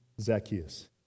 Zacchaeus